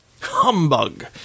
Humbug